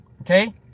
Okay